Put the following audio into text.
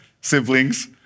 siblings